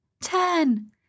ten